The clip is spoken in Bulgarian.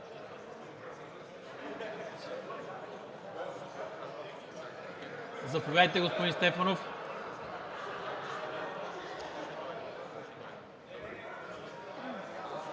Заповядайте, господин Стефанов.